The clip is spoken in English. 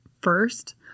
first